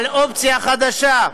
על אופציה חדשה,